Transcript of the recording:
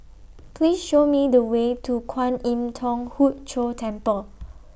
Please Show Me The Way to Kwan Im Thong Hood Cho Temple